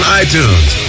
iTunes